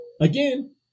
Again